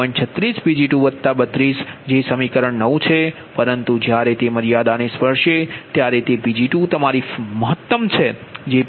36 Pg2 32 છે જે સમીકરણ 9 છે પરંતુ જ્યારે તે મર્યાદા ને સ્પર્શે ત્યારે તેPg2 તમારી મહત્તમ છે